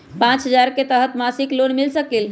पाँच हजार के तहत मासिक लोन मिल सकील?